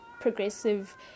progressive